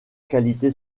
qualité